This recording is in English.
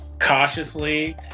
Cautiously